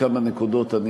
בכמה נקודות,